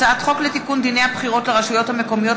הצעת חוק לתיקון דיני הבחירות לרשויות המקומיות,